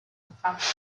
infancia